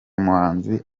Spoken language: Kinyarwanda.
muhanzi